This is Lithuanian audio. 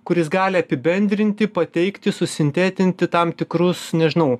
kuris gali apibendrinti pateikti susintetinti tam tikrus nežinau